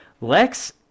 Lex